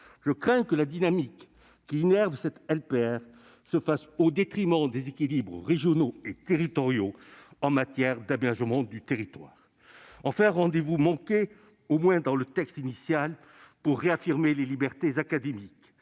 Je crains que la dynamique qui innerve cette LPPR ne se fasse au détriment des équilibres régionaux et territoriaux en matière d'aménagement du territoire. Rendez-vous manqué, enfin, au moins dans le texte initial, pour réaffirmer les libertés académiques,